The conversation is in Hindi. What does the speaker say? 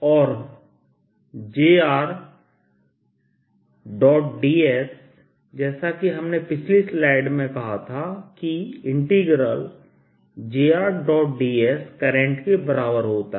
और JrdS जैसा कि हमने पिछली स्लाइड में कहा था कि JrdS करंट के बराबर होता है